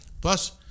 Plus